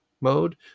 mode